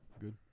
Good